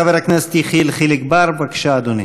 חבר הכנסת יחיאל חיליק בר, בבקשה, אדוני.